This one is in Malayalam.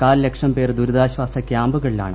കാൽലക്ഷം പേർ ദുരിതാശ്വാസ ക്യാമ്പുകളിലാണ്